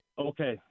Okay